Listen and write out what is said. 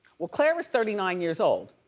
well, claire is thirty nine years old.